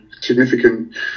significant